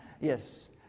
Yes